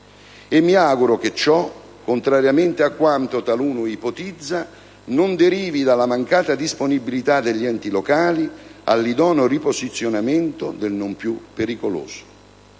E mi auguro che ciò, contrariamente a quanto taluno ipotizza, non derivi dalla mancata disponibilità degli enti locali all'idoneo riposizionamento del non più pericoloso.